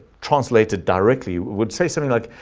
translated directly would say something like,